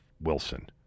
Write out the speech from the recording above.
Wilson